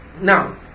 now